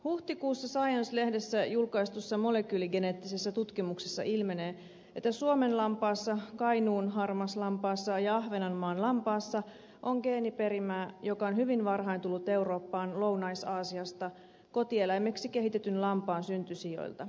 huhtikuussa science lehdessä julkaistussa molekyyligeneettisessä tutkimuksessa ilmenee että suomenlampaassa kainuunharmaslampaassa ja ahvenanmaanlampaassa on geeniperimää joka on hyvin varhain tullut eurooppaan lounais aasiasta kotieläimeksi kehitetyn lampaan syntysijoilta